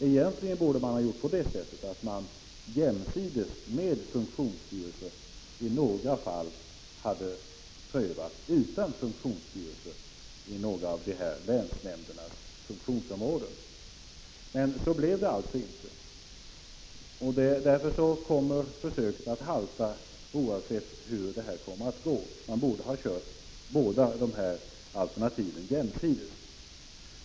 Egentligen borde man i några fall inom dessa länsnämnders funktionsområden ha prövat att vara utan funktionsstyrelser jämsides med att ha funktionsstyrelser. Så blev det alltså inte. Därför kommer försöket att halta oavsett hur det går. Man borde ha prövat båda alternativen jämsides.